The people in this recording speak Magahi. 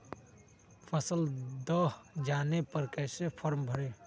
फसल दह जाने पर कैसे फॉर्म भरे?